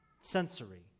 sensory